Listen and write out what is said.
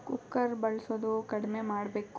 cooker ಬಳಸೋದು ಕಡಿಮೆ ಮಾಡಬೇಕು